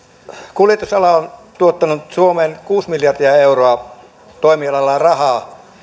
kuljetusala on tuottanut suomeen kuusi miljardia euroa toimialallaan rahaa